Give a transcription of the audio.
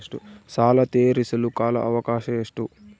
ಸಾಲ ತೇರಿಸಲು ಕಾಲ ಅವಕಾಶ ಎಷ್ಟು?